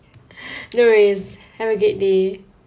no worries have a great day